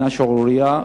היא שערורייה,